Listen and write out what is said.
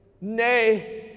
nay